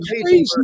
crazy